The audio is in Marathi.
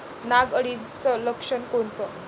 नाग अळीचं लक्षण कोनचं?